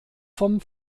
vom